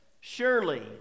surely